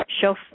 show